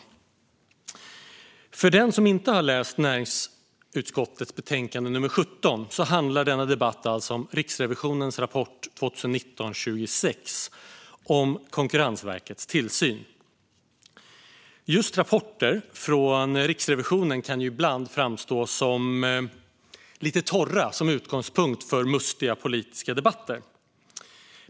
Riksrevisionens rapport om Konkur-rensverkets tillsyn För den som inte har läst näringsutskottets betänkande nr 17 kan jag berätta att denna debatt handlar om Riksrevisionens rapport 2019:26 om Konkurrensverkets tillsyn. Just rapporter från Riksrevisionen kan ibland framstå som lite torra som utgångspunkt för politiska debatter.